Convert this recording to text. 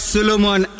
Solomon